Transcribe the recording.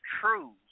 truths